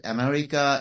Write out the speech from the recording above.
America